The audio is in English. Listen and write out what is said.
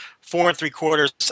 four-and-three-quarters